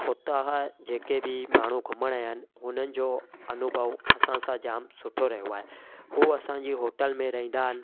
हुतां खां जेके बि माण्हू घुमणु आया आहिनि हुननि जो अनुभव असां सां जामु सुठो रहियो आहे हू असांजी होटल में रहंदा आहिनि